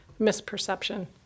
misperception